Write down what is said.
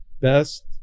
best